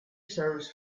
service